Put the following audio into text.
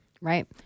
right